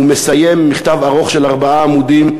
והוא מסיים מכתב ארוך של ארבעה עמודים: